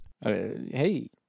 Hey